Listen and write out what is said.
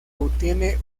obtiene